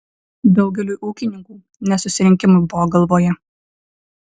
daugeliui ūkininkų ne susirinkimai buvo galvoje